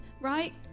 right